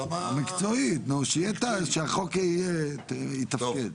יש דברים שאתה רואה חוסר תפקוד,